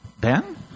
Ben